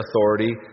authority